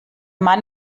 mann